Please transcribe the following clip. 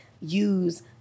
use